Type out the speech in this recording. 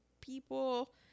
people